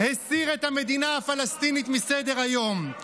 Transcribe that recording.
הסיר את המדינה הפלסטינית מסדר-היום,